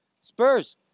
Spurs